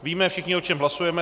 Víme všichni, o čem hlasujeme.